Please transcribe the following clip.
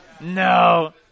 No